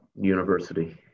university